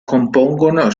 compongono